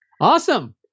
Awesome